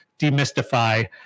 demystify